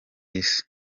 isi